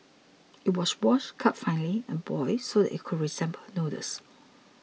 it was washed cut finely and boiled so that it resembled noodles